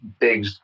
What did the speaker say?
big